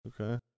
Okay